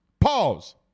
Pause